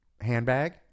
handbag